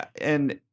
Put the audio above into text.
And-